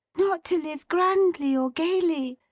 not to live grandly or gaily,